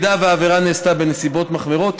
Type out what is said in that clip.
אם העבירה נעברה בנסיבות מחמירות,